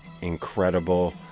Incredible